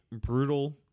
brutal